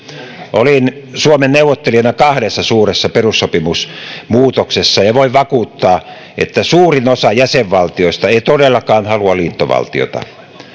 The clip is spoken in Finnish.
olin suomen neuvottelijana kahdessa suuressa perussopimusmuutoksessa ja voin vakuuttaa että suurin osa jäsenvaltioista ei todellakaan halua liittovaltiota